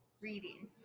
Reading